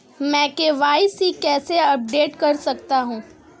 मैं के.वाई.सी कैसे अपडेट कर सकता हूं?